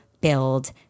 build